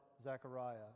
Zechariah